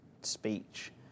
speech